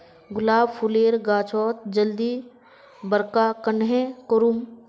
गुलाब फूलेर गाछोक जल्दी बड़का कन्हे करूम?